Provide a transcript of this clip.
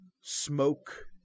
Smoke